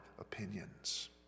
opinions